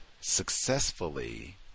successfully